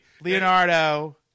Leonardo